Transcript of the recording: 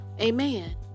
amen